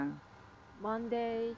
Monday